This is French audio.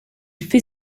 fait